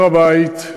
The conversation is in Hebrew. הר-הבית,